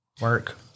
Work